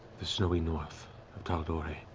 the snowy north of tal'dorei,